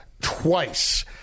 twice